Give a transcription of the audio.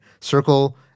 Circle